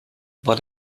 war